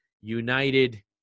United